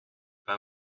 pas